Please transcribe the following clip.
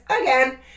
again